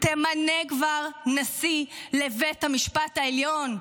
תמנה כבר נשיא לבית המשפט העליון.